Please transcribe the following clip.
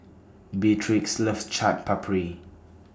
Beatrix loves Chaat Papri